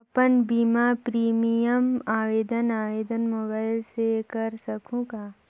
अपन बीमा प्रीमियम आवेदन आवेदन मोबाइल से कर सकहुं का?